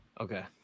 Okay